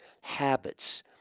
habits